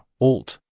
alt